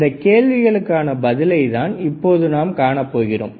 இந்தக் கேள்விகளுக்கான பதிலைத் தான் இப்போது நாம் காணப்போகிறோம்